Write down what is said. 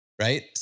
Right